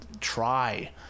try